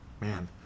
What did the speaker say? man